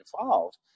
involved